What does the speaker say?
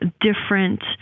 different